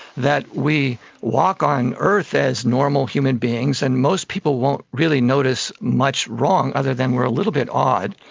that we walk on earth as normal human beings, and most people won't really notice much wrong other than we are little bit odd,